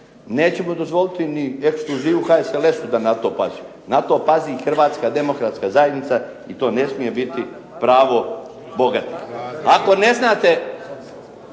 Nećemo dozvoliti ni ekskluzivu HSLS-u da na to pazi. Na to pazi Hrvatska demokratska zajednica i to ne smije biti pravo bogatih. Ako ne znate